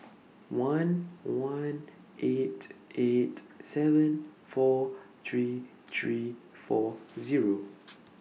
one one eight eight seven four three three four Zero